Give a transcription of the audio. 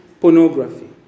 pornography